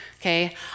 okay